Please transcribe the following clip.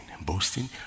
Boasting